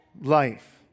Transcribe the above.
life